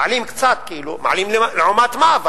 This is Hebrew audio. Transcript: מעלים קצת כאילו, אבל מעלים לעומת מה?